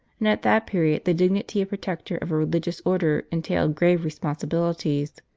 and at that period the dignity of protector of a religious order entailed grave responsibilities.